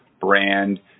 brand